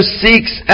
seeks